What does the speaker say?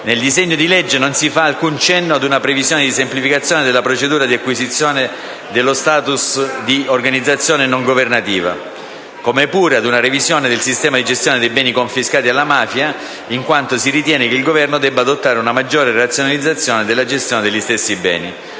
Nel disegno di legge non si fa alcun cenno ad una previsione di semplificazione della procedura di acquisizione dello *status* di organizzazione non governativa, come pure ad una revisione del sistema di gestione dei beni confiscati alla mafia, in quanto si ritiene che il Governo debba adottare una maggiore razionalizzazione della gestione degli stessi beni.